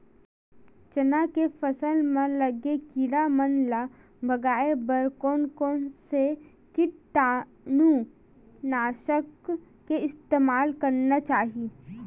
चना के फसल म लगे किड़ा मन ला भगाये बर कोन कोन से कीटानु नाशक के इस्तेमाल करना चाहि?